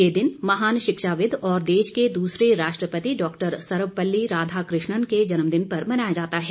ये दिन महान शिक्षाविद और देश के दूसरे राष्ट्रपति डॉक्टर सर्वपल्ली राधाकृष्णन के जन्मदिन पर मनाया जाता है